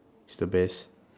is the best